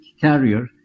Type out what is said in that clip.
carrier